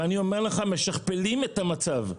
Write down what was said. ואני אומר לך, משכפלים את המצב.